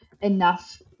enough